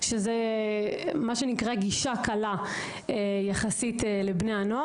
אליהן יכולים בני הנוער לגשת יחסית בקלות.